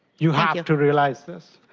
you have to realize this.